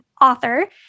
author